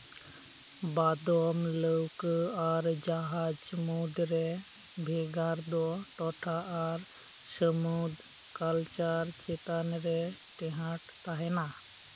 ᱵᱟᱫᱚᱢ ᱞᱟᱹᱣᱠᱟᱹ ᱟᱨ ᱡᱟᱦᱟᱡ ᱢᱩᱫ ᱨᱮ ᱵᱷᱮᱜᱟᱨ ᱫᱚ ᱴᱚᱴᱷᱟ ᱟᱨ ᱥᱟᱹᱢᱩᱛ ᱠᱟᱞᱪᱟᱨ ᱪᱮᱛᱟᱱ ᱨᱮ ᱴᱮᱦᱟᱸᱴ ᱛᱟᱦᱮᱸᱱᱟ